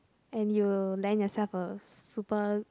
and you land yourself a super